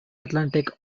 atlantic